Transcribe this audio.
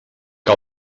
que